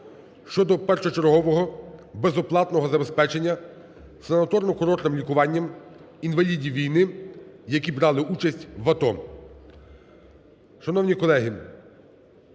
(щодо першочергового безоплатного забезпечення санаторно-курортним лікуванням інвалідів війни, які брали участь в АТО). Шановні колеги,